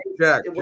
Jack